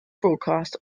broadcast